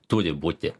turi būti